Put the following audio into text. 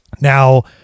Now